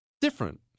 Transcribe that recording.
Different